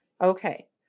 Okay